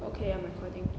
okay I'm recording